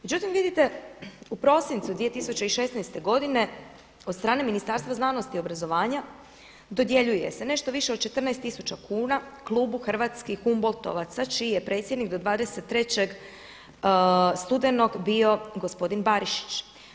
Međutim vidite, u prosincu 2016. godine od strane Ministarstva znanosti i obrazovanja dodjeljuje se nešto više od 14 tisuća kuna Klubu hrvatskih … čiji je predsjednik do 23. studenog bio gospodin Barišić.